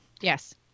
yes